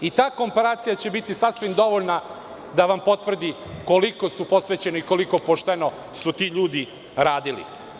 I ta komparacija će biti sasvim dovoljna da vam potvrdi koliko su posvećeni i koliko pošteno su ti ljudi radili.